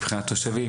מבחינת תושבים,